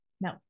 no